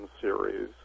series